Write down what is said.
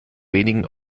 wenigen